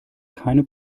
keine